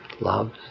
loves